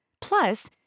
Plus